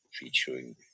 featuring